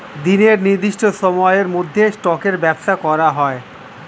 দিনের নির্দিষ্ট সময়ের মধ্যে স্টকের ব্যবসা করা হয়